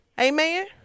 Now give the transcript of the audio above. Amen